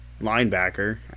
linebacker